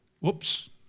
Whoops